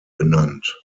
benannt